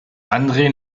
andrei